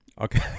Okay